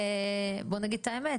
ובואו נגיד את האמת: